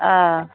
অঁ